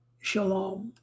shalom